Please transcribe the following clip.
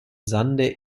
sande